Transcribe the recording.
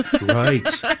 Right